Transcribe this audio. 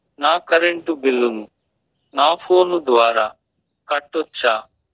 నా కరెంటు బిల్లును నా ఫోను ద్వారా కట్టొచ్చా?